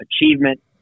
achievement